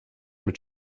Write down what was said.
mit